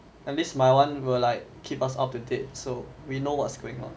at least my one will like keep us up to date so we know what's going on